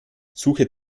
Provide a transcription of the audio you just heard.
suche